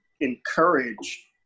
encourage